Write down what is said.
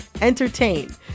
entertain